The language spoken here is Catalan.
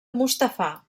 mustafà